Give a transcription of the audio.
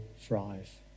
thrive